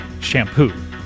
shampoo